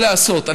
אין מה לעשות,